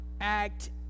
act